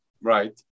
Right